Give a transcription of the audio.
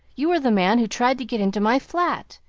you are the man who tried to get into my flat!